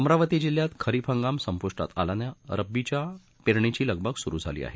अमरावती जिल्ह्यात खरीप हंगाम संपूष्टात आल्यानं रब्बीच्या पेरणीची लगबग सुरू झाली आहे